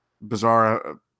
bizarre